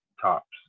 tops